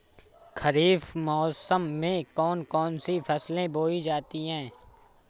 खरीफ मौसम में कौन कौन सी फसलें बोई जाती हैं?